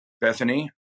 Bethany